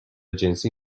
جنسی